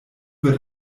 wird